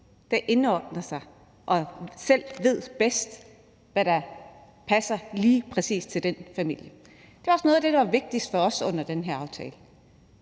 der indordner sig og selv bedst ved, hvad der passer lige præcis til dem. Det var også noget af det, der var vigtigst for os under forhandlingen